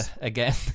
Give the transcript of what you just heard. again